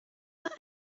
mae